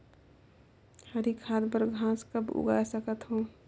हरी खाद बर घास कब उगाय सकत हो?